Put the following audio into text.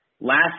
Last